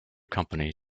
company